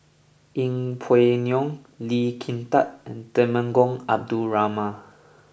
Yeng Pway Ngon Lee Kin Tat and Temenggong Abdul Rahman